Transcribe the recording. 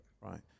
right